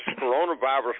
coronavirus